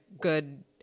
good